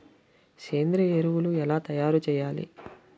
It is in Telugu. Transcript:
సేంద్రీయ ఎరువులు ఎలా తయారు చేయాలి?